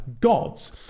gods